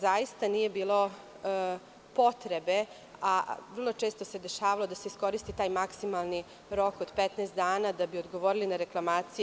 Zaista nije bilo potrebe, a vrlo se dešavalo da se iskoristi taj maksimalni rok od 15 dana da bi odgovorili na reklamacije.